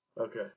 Okay